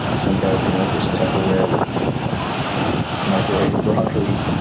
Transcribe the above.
and some guy opening up his tupperware with fucking microwaved broccoli.